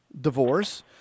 divorce